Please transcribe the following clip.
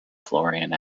florian